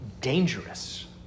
dangerous